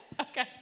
Okay